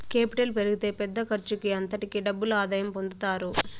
capital పెరిగితే పెద్ద ఖర్చుకి అంతటికీ డబుల్ ఆదాయం పొందుతారు